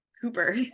Cooper